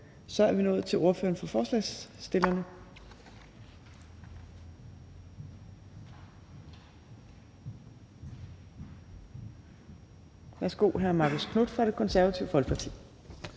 så vi er nået til ordføreren for forslagsstillerne, hr. Marcus Knuth fra Det Konservative Folkeparti.